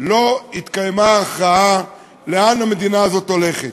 לא התקיימה הכרעה לאן המדינה הזאת הולכת.